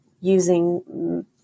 using